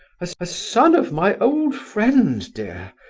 ah a son of my old friend, dear,